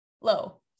low